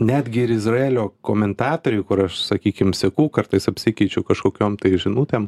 netgi ir izraelio komentatoriai kur aš sakykim seku kartais apsikeičiu kažkokiom tai žinutėm